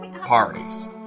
parties